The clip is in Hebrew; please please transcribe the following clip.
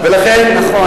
נכון,